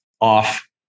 off